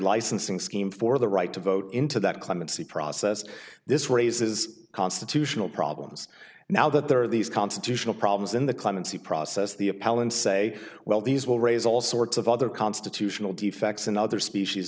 licensing scheme for the right to vote into that clemency process this raises constitutional problems now that there are these constitutional problems in the clemency process the a palin say well these will raise all sorts of other constitutional defects in other species